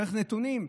צריך נתונים?